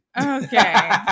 Okay